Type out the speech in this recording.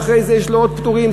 ואחרי זה יש לו עוד פטורים.